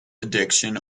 addiction